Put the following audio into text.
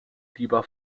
lieber